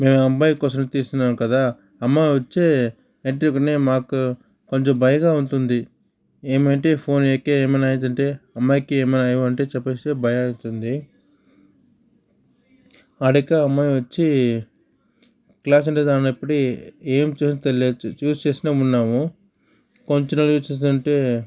మేమ్ అబ్బాయ్ కోసం తీసినాను కదా అమ్మ వచ్చే వెంటగుని మాకు కొంచెం భయంగా ఉంటుంది ఏమిటి ఫోన్కి ఏమన్నా అయిందంటే అమ్మాయికి ఏమైనా అంటే చెప్పేస్తే భయం అవుతుంది వాడక అమ్మాయి వచ్చి క్లాస్ ఉండే దానప్పిడి ఏం చదవట్లేదు చూస్ చేస్తా ఉన్నాము కొంచెం యూస్ చేస్తా ఉంటే